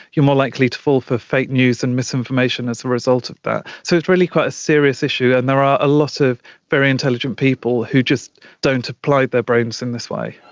you're more likely to fall for fake news and misinformation as a result of that. so it's really quite a serious issue, and there are a lot of very intelligent people who just don't apply their brains in this way.